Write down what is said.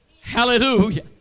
Hallelujah